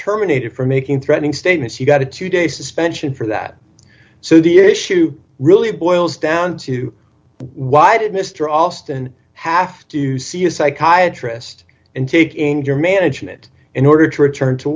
terminated for making threatening statements he got a two day suspension for that so the issue really boils down to why did mr alston have to see a psychiatrist and take in your management in order to return to